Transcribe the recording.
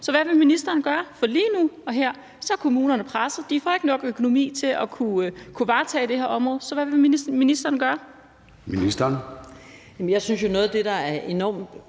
Så hvad vil ministeren gøre? For lige nu og her er kommunerne pressede. De vil ikke få økonomi nok til at kunne varetage det her område. Så hvad vil ministeren gøre? Kl. 12:59 Formanden (Søren Gade): Ministeren.